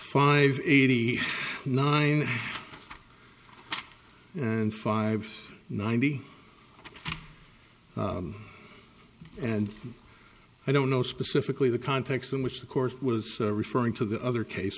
five eighty nine and five ninety and i don't know specifically the context in which the court was referring to the other case